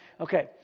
Okay